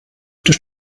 durch